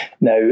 Now